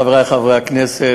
חברי חברי הכנסת,